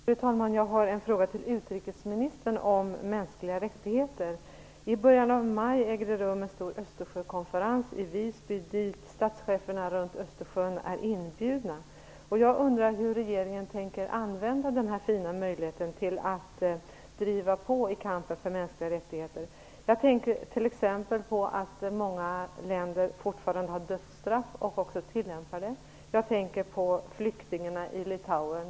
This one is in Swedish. Fru talman! Jag har en fråga till utrikesministern om mänskliga rättigheter. I början av maj äger det rum en stor Östersjökonferens i Visby dit statscheferna runt Östersjön är inbjudna. Jag undrar hur regeringen tänker använda denna fina möjlighet till att driva på i kampen för mänskliga rättigheter. Jag tänker t.ex. på att många länder fortfarande har dödsstraff och också tillämpar det. Jag tänker på flyktingarna i Litauen.